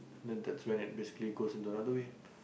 and then that's when it basically goes in to another way